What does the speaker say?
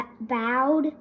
bowed